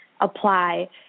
apply